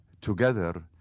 together